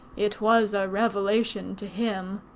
it was a revelation to him.